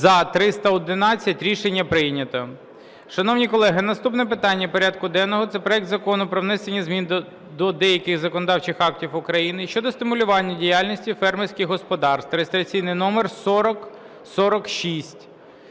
За-311 Рішення прийнято. Шановні колеги, наступне питання порядку денного – це проект Закону про внесення змін до деяких законодавчих актів України щодо стимулювання діяльності фермерських господарств (реєстраційний номер 4046).